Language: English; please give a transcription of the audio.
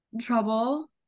trouble